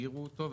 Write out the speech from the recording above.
יסבירו אותו,